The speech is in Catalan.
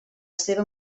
seva